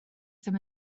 ddim